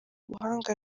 buhanga